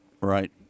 Right